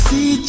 See